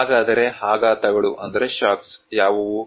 ಹಾಗಾದರೆ ಆಘಾತಗಳು ಯಾವುವು